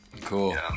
Cool